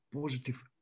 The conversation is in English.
positive